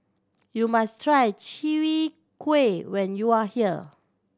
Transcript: you must try Chwee Kueh when you are here